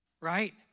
right